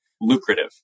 lucrative